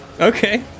Okay